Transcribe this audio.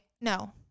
no